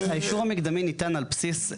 האישור המקדמי ניתן על בסיס,